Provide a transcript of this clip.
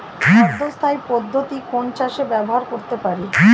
অর্ধ স্থায়ী পদ্ধতি কোন চাষে ব্যবহার করতে পারি?